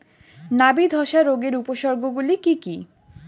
নাবি ধসা রোগের উপসর্গগুলি কি কি?